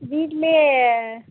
வீட்டிலே